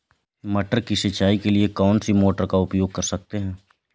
मटर की सिंचाई के लिए कौन सी मोटर का उपयोग कर सकते हैं?